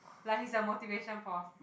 like he's a motivation force